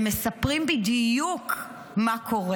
הם מספרים בדיוק מה קורה.